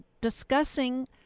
discussing